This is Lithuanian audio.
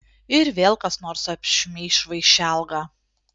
ir vėl kas nors apšmeiš vaišelgą